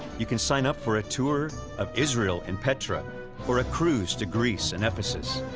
you can sign up for a tour of israel and petra or a cruise to greece and ephesus.